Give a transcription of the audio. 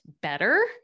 better